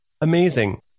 Amazing